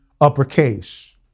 uppercase